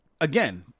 again